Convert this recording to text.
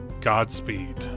Godspeed